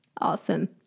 Awesome